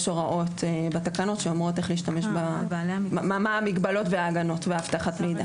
יש הוראות בתקנות שאומרות מה המגבלות וההגנות ואבטחת המידע.